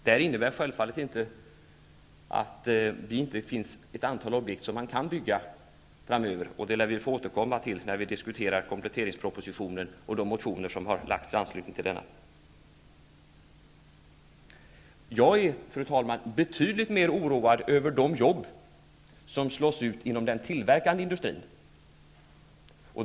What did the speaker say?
Detta innebär självfallet inte att det inte finns ett antal objekt som man kan bygga framöver, men det får vi återkomma till när vi diskuterar kompletteringspropositionen och de motioner som har väckts i anslutning till den. Jag är, fru talman, betydligt mer oroad över de jobb som slås ut inom den tillverkande industrin.